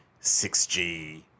6G